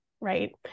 right